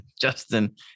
Justin